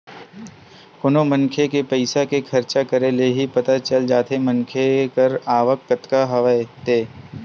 कोनो मनखे के पइसा के खरचा करे ले ही पता चल जाथे मनखे कर आवक कतका हवय ते